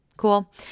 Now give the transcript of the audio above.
cool